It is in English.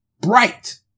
bright